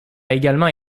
également